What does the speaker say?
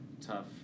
tough